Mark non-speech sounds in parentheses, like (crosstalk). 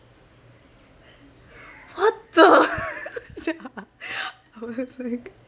what the (laughs) I was like